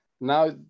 now